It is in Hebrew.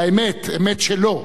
לאמת שלו,